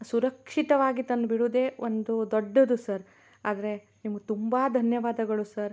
ಸುರಕ್ಷಿತವಾಗಿ ತಂದು ಬಿಡುವುದೇ ಒಂದು ದೊಡ್ಡದು ಸರ್ ಆದರೆ ನಿಮ್ಗೆ ತುಂಬ ಧನ್ಯವಾದಗಳು ಸರ್